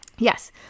Yes